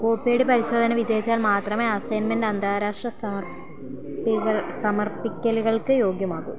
കോപ്പിയടി പരിശോധന വിജയിച്ചാൽ മാത്രമേ അസൈൻമെന്റ് അന്താരാഷ്ട്ര സമർപ്പികൾ സമർപ്പിക്കലുകൾക്ക് യോഗ്യമാകൂ